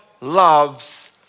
Loves